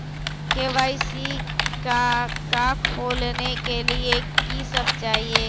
KYC का का खोलने के लिए कि सब चाहिए?